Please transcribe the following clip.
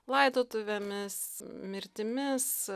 laidotuvėmis mirtimis